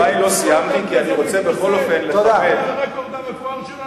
כבוד סגן השר מתנשא בגלל הרקורד המפואר שלו,